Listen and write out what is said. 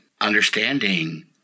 understanding